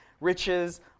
riches